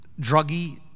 druggy